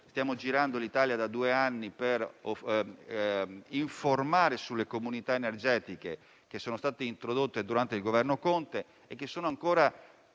stiamo girando l'Italia da due anni per informare sulle comunità energetiche, introdotte durante il Governo Conte e che sono ancora